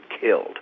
killed